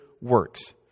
works